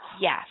yes